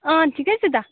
अँ ठिकै छु त